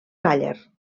càller